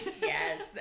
Yes